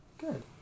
good